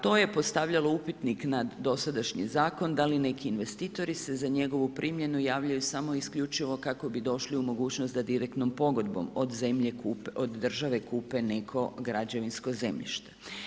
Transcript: To je postavljalo upitnik na dosadašnji zakon da li neki investitori se za njegovu primjenu javljaju samo i isključivo kako bi došli u mogućnost da direktnom pogodbom od zemlje kupe, od države kupe neko građevinsko zemljište.